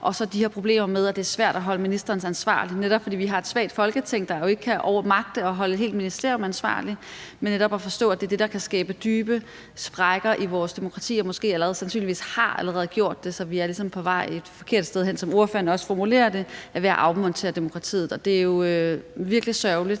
og så de her problemer med, at det er svært at holde ministrene ansvarlige, netop fordi vi har et svagt Folketing, der jo ikke kan magte at holde et helt ministerium ansvarlig. Ordføreren forstår netop, at det er noget, der kan skabe dybe sprækker i vores demokrati og måske sandsynligvis allerede har gjort det, så vi ligesom er på vej et forkert sted hen og, som ordføreren formulerer det, er ved at afmontere demokratiet. Det er jo virkelig sørgeligt.